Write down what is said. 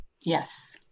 Yes